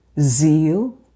zeal